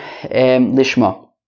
Lishma